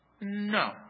no